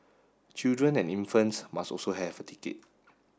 children and infants must also have a ticket